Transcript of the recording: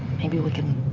maybe we can,